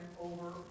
over